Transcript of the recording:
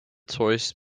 choice